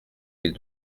mille